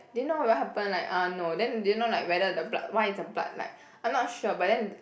do you know what will happen like uh no then do you know like whether the blood why is the blood like I'm not sure but then